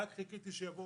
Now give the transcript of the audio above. ורק חיכיתי שיבוא